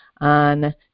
on